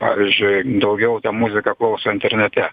pavyzdžiui daugiau tą muziką klauso internete